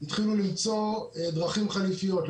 התחילו למצוא דרכים חליפיות.